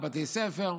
בתי ספר.